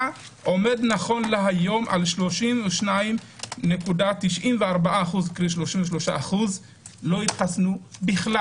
עומד נכון להיום על 32.94% - לא התחסנו כלל.